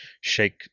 shake